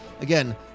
again